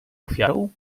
ofiarą